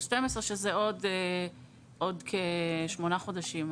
באוגוסט 2012 שזה עוד כשמונה חודשים.